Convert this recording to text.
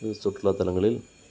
இது சுற்றுலாத்தலங்களில்